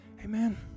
Amen